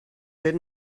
good